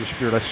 Spirit